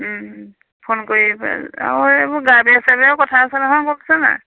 phone কৰি আৰু এইবোৰ গা বেয়া চা বেয়াও কথা আছে নহয়